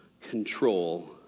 control